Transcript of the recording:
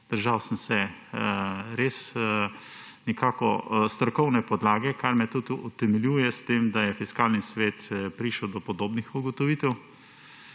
držal sem se res nekako strokovne podlage, kar me tudi utemeljuje s tem, da je Fiskalni svet prišel do podobnih ugotovitev,